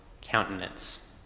countenance